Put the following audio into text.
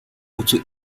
auto